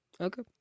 Okay